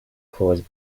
caused